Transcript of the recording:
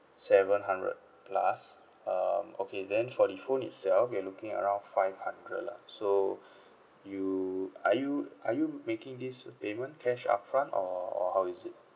seven hundred plus um okay then for the phone itself you're looking at around five hundred lah so you are you are you making this payment cash upfront or or how is it